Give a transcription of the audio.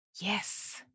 Yes